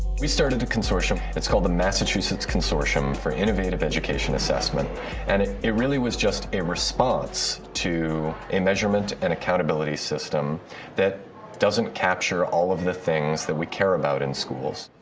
we started a consortium. it's called the massachusetts consortium for innovative education assessment and it really was just a response to a measurement and accountability system that doesn't capture all of the things that we care about in schools.